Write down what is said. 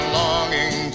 longing